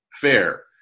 fair